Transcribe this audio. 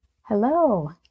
Hello